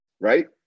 right